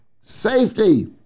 safety